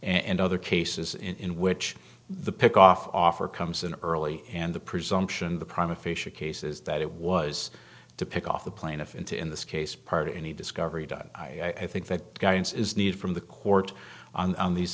and other cases in which the pick off offer comes in early and the presumption the prime official case is that it was to pick off the plaintiff into in this case part of any discovery done i think that guidance is needed from the court on these